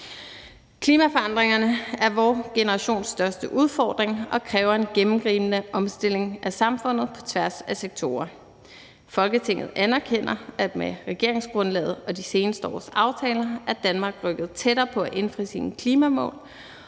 »Klimaforandringer er vor generations største udfordring og kræver en gennemgribende omstilling af samfundet på tværs af sektorer. Folketinget anerkender, at med regeringsgrundlaget og de seneste års aftaler er Danmark rykket tættere på at indfri sine klimamål,